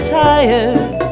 tired